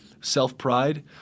self-pride